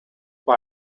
are